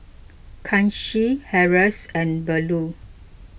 Kanshi Haresh and Bellur